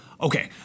Okay